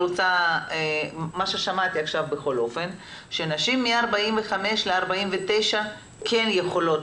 ששמעתי עכשיו שנשים בנות 45-49 כן יכולות